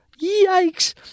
Yikes